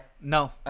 No